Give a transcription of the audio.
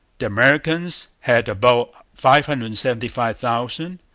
the americans had about five hundred and seventy five thousand,